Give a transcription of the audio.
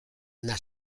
una